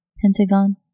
Pentagon